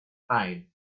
file